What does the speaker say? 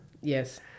Yes